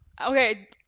okay